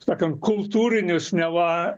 sakant kultūrinius neva